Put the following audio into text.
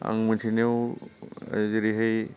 आं मिथिनायाव जेरैहाय